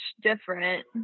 different